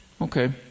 okay